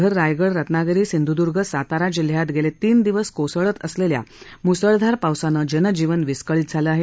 ठाणे पालघर रायगड रत्नागिरी सिंधुदुर्ग सातारा जिल्हयात गेले तीन दिवस कोसळत असलेल्या मुसळधार पावसानं जनजीवन विस्कळीत झालं आहे